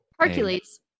Hercules